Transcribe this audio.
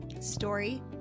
story